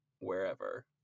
wherever